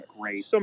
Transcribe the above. great